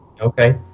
Okay